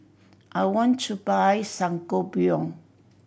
I want to buy Sangobion